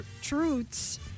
truths